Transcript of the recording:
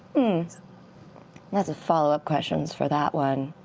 and yeah some followup questions for that one.